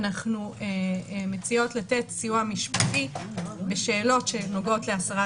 אנחנו מציעות לתת סיוע משפטי בשאלות שנוגעות להסרת